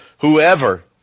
whoever